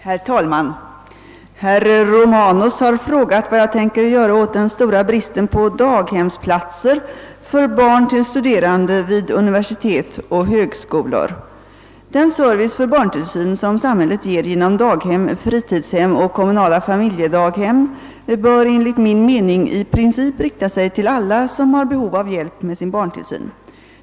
Herr talman! Herr Romanus har frågat vad jag tänker göra åt den stora bristen på daghemsplatser för barn till studerande vid universitet och högskolor. Den service för barntillsyn som samhället ger genom daghem, fritidshem och kommunala familjedaghem bör enligt min mening i princip rikta sig till alla som har behov av hjälp med sin barntillsyn.